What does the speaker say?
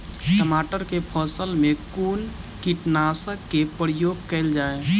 टमाटर केँ फसल मे कुन कीटनासक केँ प्रयोग कैल जाय?